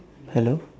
hello